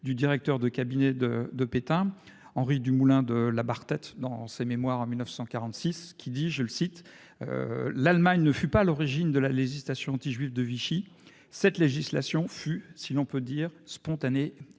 du directeur de cabinet de de Pétain Henri du Moulin de la barre tête dans ses mémoires en 1946 qui dit, je le cite. L'Allemagne ne fut pas à l'origine de la législation anti-juives de Vichy cette législation fut si l'on peut dire spontanée et